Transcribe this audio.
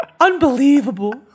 Unbelievable